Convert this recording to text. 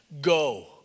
Go